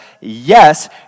yes